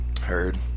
Heard